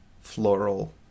floral